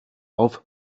auf